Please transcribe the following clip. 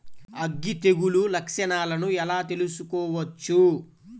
అగ్గి తెగులు లక్షణాలను ఎలా తెలుసుకోవచ్చు?